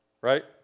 Right